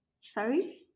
sorry